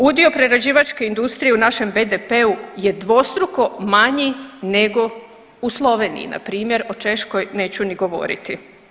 Udio prerađivačke industrije u našem BDP-u je dvostruko manji nego u Sloveniji npr. o Češkoj neću ni govoriti.